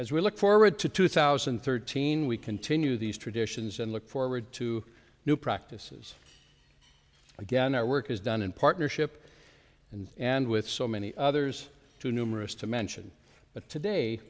as we look forward to two thousand and thirteen we continue these traditions and look forward to new practices again our work is done in partnership and and with so many others too numerous to mention but today